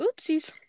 oopsies